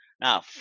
Now